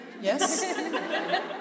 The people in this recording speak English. Yes